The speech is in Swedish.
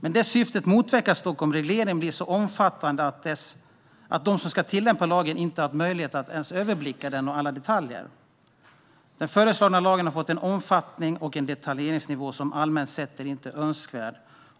Detta syfte motverkas dock om regleringen blir så omfattande att de som ska tillämpa lagen inte har möjlighet att överblicka den i alla detaljer. Den föreslagna lagen har fått en omfattning och detaljeringsnivå som allmänt sett inte är önskvärd